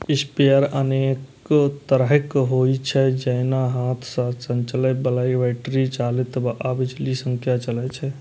sprayer अनेक तरहक होइ छै, जेना हाथ सं चलबै बला, बैटरी चालित आ बिजली सं चलै बला